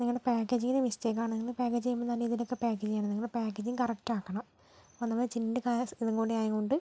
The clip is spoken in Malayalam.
നിങ്ങളുടെ പാക്കേജിലെ മിസ്റ്റേക്ക് ആണ് നിങ്ങള് പാക്കേജ് ചെയ്യുമ്പോൾ നല്ല രീതിയിൽ ഒക്കെ പാക്കേജ് ചെയ്യണം നിങ്ങളുടെ പാക്കേജിംഗ് കറക്റ്റ് ആക്കണം അല്ലാതെ ചിലിൻ്റെ ഗ്ലാസ് ഇതും കുടി ആയതുകൊണ്ട്